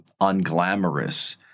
unglamorous